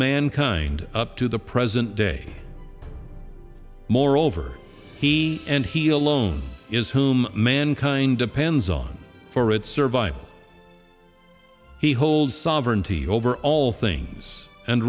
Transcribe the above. mankind up to the present day moreover he and he alone is whom mankind depends on for its survival he holds sovereignty over all things and